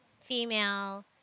Female